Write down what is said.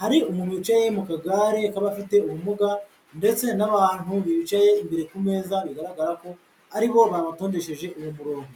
hari umuntu wicaye mu kagare k'abafite ubumuga ndetse n'abantu bicaye imbere ku meza, bigaragara ko aribo babatondesheje uwo murongo.